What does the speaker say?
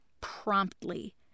promptly